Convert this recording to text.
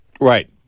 Right